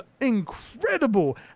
incredible